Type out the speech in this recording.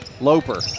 Loper